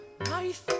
Nice